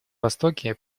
востоке